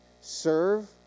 serve